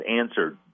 answered